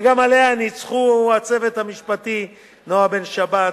וגם עליה ניצחו הצוות המשפטי נועה בן-שבת,